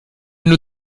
nur